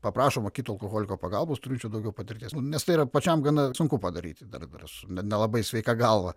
paprašoma kito alkoholiko pagalbos turinčio daugiau patirties nes tai yra pačiam gana sunku padaryti dar dar su nelabai sveika galva